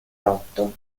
lotto